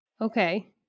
Okay